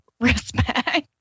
respect